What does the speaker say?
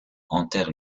enterre